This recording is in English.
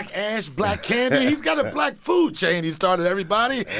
ash, black candy he's got a black food chain he started, everybody.